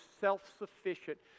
self-sufficient